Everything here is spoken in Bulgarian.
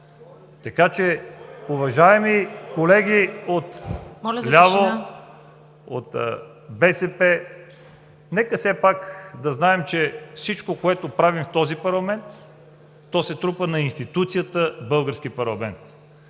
ЦВЕТАНОВ: Уважаеми колеги от ляво – от БСП, нека все пак да знаем, че всичко, което правим в този парламент, се трупа на институцията